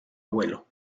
abuelo